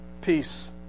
Peace